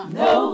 no